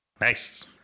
nice